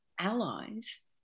allies